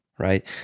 Right